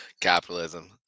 Capitalism